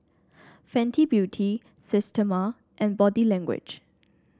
Fenty Beauty Systema and Body Language